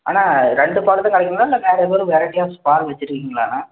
அண்ணா ரெண்டு பாலு தான் கிடைக்குங்களா இல்லை வேறு ஏதோ ஒரு வெரைட்டி ஆஃப்ஸ் பால் வச்சுருக்கீங்களாண்ணா